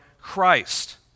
Christ